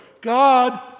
God